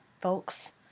folks